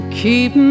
keep